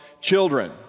children